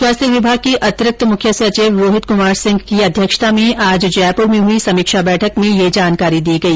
स्वास्थ्य विभाग के अतिरिक्त मुख्य सचिव रोहित क्मार सिंह की अध्यक्षता में आज जयपुर में हुई समीक्षा बैठक में ये जानकारी दी गई